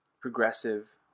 progressive